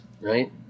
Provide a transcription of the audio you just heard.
right